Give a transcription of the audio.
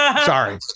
sorry